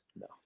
No